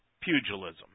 pugilism